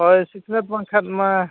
ᱦᱳᱭ ᱥᱤᱠᱷᱱᱟᱹᱛ ᱵᱟᱝᱠᱷᱟᱱ ᱢᱟ